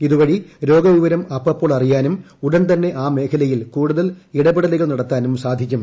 ഇതുവഴി രോഗവിവരം അപ്പപ്പോൾ അറിയാനും ഉടൻ തന്നെ ആ മേഖലയിൽ കൂടുതൽ ഇടപെടലുകൾ നടത്താനും സാധിക്കും